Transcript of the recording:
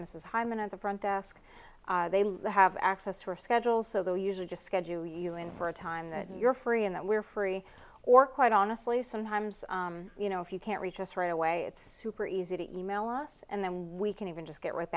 as hyman at the front desk they have access to a schedule so though usually just schedule you in for a time that you're free and that we're free or quite honestly sometimes you know if you can't reach us right away it's super easy to e mail us and then we can even just get